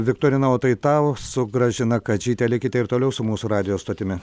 viktorina o tai tau su gražina kadžyte likite ir toliau su mūsų radijo stotimi